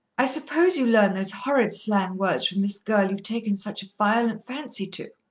i suppose you learn those horrid slang words from this girl you've taken such a violent fancy to.